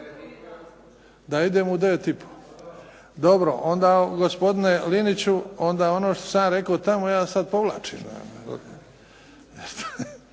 Da idemo u 9 i po. Dobro onda gospodine Liniću onda ono što sam ja rekao tamo ja sad povlačim.